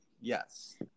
Yes